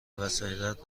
وسایلت